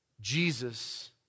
Jesus